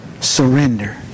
Surrender